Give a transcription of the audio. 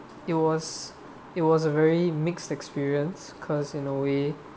it was it was a very mixed experience because in a way